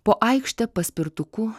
po aikštę paspirtuku